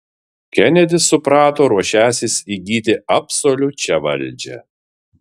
kenedis suprato ruošiąsis įgyti absoliučią valdžią